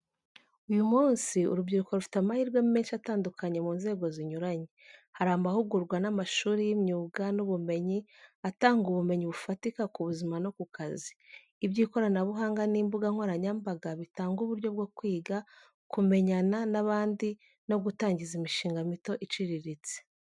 Uyu munsi, urubyiruko rufite amahirwe menshi atandukanye mu nzego zinyuranye. Hari amahugurwa n'amashuri y’imyuga n’ubumenyi atanga ubumenyi bufatika ku buzima no ku kazi. Iby’ikoranabuhanga n’imbuga nkoranyambaga bitanga uburyo bwo kwiga, kumenyana n’abandi, no gutangiza imishinga mito iciriritse.